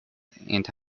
anti